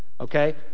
okay